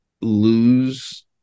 lose